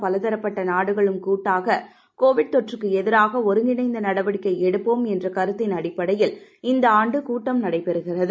பலதரப்பட்ட நாடுகளும் கூட்டாக கோவிட் தொற்றுக்கு எதிராக ஒருங்கிணைந்த நடவடிக்கை எடுப்போம் என்ற கருத்தின் அடிப்படையில் இந்த ஆண்டு கூட்டம் நடைபெறுகிறது